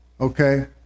okay